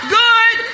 good